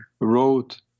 wrote